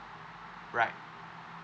right